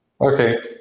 Okay